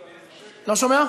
לחלופין?